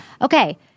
Okay